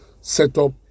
setup